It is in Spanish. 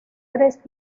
tres